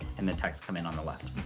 and then text come in on the left.